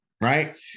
right